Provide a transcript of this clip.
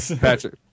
Patrick